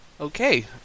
Okay